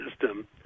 system